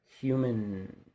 human